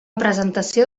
presentació